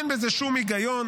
אין בזה שום היגיון,